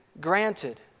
granted